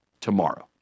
tomorrow